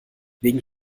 wegen